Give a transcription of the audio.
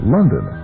London